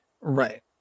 Right